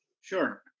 Sure